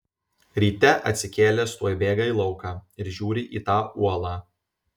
ryte atsikėlęs tuoj bėga į lauką ir žiūrį į tą uolą